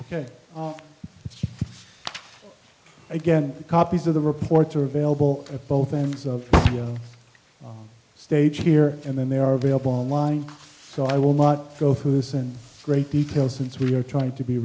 ok again copies of the reports are available at both ends of the stage here and then they are available online so i will not go through this in great detail since we are trying to be